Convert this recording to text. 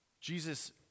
Jesus